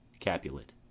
Capulet